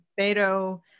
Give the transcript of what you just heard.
Beto